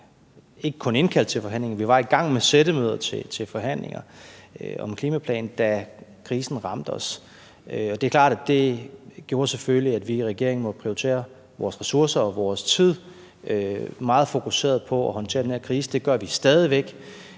vi var i gang med sættemøder til forhandlinger om en klimaplan, da krisen ramte os. Det er klart, at det selvfølgelig gjorde, at vi i regeringen måtte prioritere vores ressourcer og vores tid meget fokuseret på at håndtere den her krise. Det gør vi stadig væk.